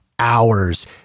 hours